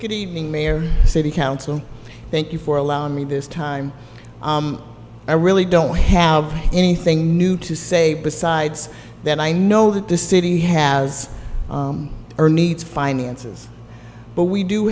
good evening mayor city council thank you for allowing me this time i really don't have anything new to say besides that i know that the city has or need finances but we do